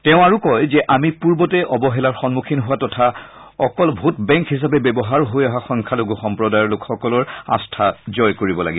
তেওঁ আৰু কয় যে আমি পূৰ্বতে অৱহেলাৰ সন্মুখীন হোৱা তথা অকল ভোট বেংক হিচাপে ব্যৱহাৰ হৈ অহা সংখ্যালঘু সম্প্ৰদায়ৰ লোকসকলৰ আশ্বা জয় কৰিব লাগিব